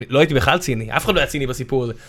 לא הייתי בכלל ציני, אף אחד לא היה ציני בסיפור הזה.